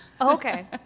Okay